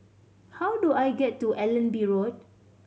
how do I get to Allenby Road